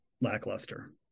lackluster